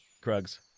Krug's